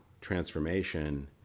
transformation